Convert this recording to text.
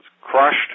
crushed